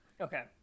Okay